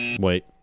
wait